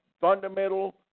fundamental